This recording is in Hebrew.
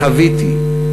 חוויתי,